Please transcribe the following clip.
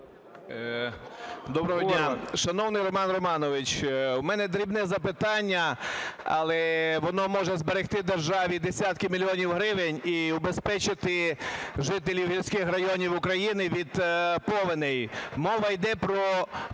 Доброго дня. Шановний Роман Романович, у мене дрібне запитання, але воно може зберегти державі десятки мільйонів гривень і убезпечити жителів гірських районів України від повеней. Мова іде про